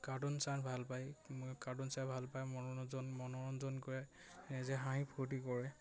cartoon চাই ভাল পায় কাৰ্টুন চাই ভাল পায় মনোৰঞ্জন মনোৰঞ্জন কৰে নিজে হাঁহি ফূৰ্তি কৰে